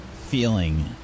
feeling